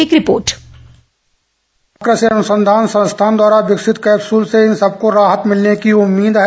एक रिपोर्ट कृषि अनुसंधान संस्थान द्वारा विकसित कैप्सूल से सबको राहत मिलने की उम्मीद है